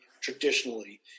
traditionally